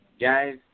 guys